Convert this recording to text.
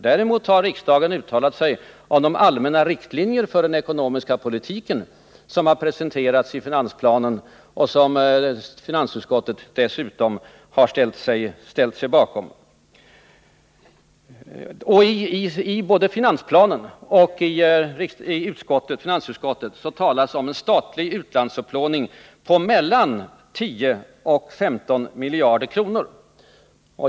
Däremot har riksdagen uttalat sig om de allmänna riktlinjer för den ekonomiska politiken som har presenterats i finansplanen och som finansutskottet dessutom har ställt sig bakom. I både finansplanen och finansutskottets betänkande talas om en statlig utlandsupplåning på mellan 10 och 15 miljarder kronor.